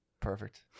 Perfect